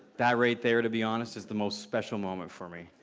that right there, to be honest, is the most special moment for me,